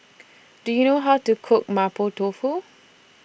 Do YOU know How to Cook Mapo Tofu